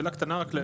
שאלה קטנה רק.